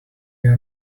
your